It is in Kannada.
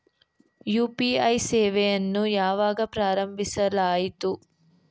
ಯು.ಪಿ.ಐ ಸೇವೆಯನ್ನು ಯಾವಾಗ ಪ್ರಾರಂಭಿಸಲಾಯಿತು?